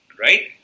Right